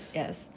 yes